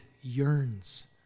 yearns